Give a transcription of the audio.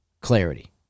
clarity